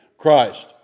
christ